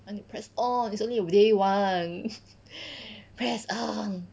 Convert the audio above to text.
I need press on it's only day one press on